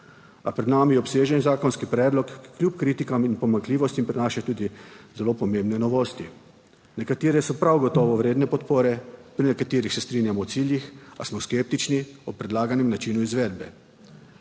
a pred nami je obsežen zakonski predlog, ki kljub kritikam in pomanjkljivostim prinaša tudi zelo pomembne novosti. Nekatere so prav gotovo vredne podpore, pri nekaterih se strinjamo o ciljih, a smo skeptični o predlaganem načinu izvedbe.